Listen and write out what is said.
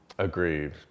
Agreed